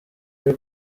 ari